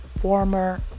former